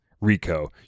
Rico